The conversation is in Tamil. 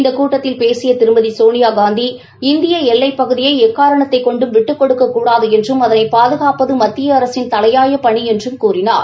இந்த கூட்டத்தில் பேசிய திருமதி சோனியாகாந்தி இந்திய எல்லைப் பகுதியை எக்காரணத்தைக் கொண்டும் விட்டுக் கொடுக்கக்கூடாது என்றும் அதனை பாதுகாப்பது மத்திய அரசின் தலையாய பணி என்றும் கூறினார்